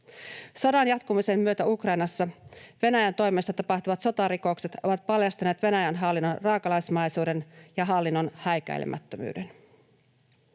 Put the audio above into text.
Sodan jatkumisen myötä Ukrainassa Venäjän toimesta tapahtuvat sotarikokset ovat paljastaneet Venäjän hallinnon raakalaismaisuuden ja häikäilemättömyyden.